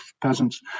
peasants